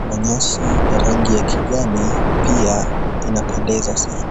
na nyasi ya rangi ya kijani pia inapendeza sana.